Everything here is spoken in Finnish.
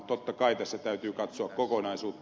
totta kai tässä täytyy katsoa kokonaisuutta